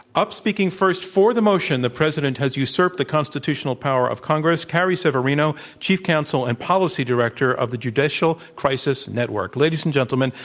up speaking first for the motion, the president has usurped the constitutional power of congress, carrie severino, chief c ounsel and policy director of the judicial crisis network. ladies and gentlemen,